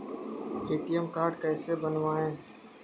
ATM card कैसे बनवाएँ?